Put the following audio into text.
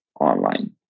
online